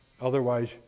otherwise